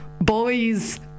boys